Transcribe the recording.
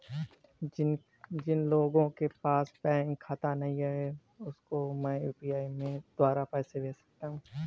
जिन लोगों के पास बैंक खाता नहीं है उसको मैं यू.पी.आई के द्वारा पैसे भेज सकता हूं?